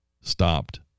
stopped